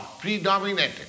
predominated